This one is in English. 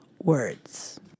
words